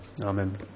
Amen